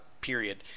period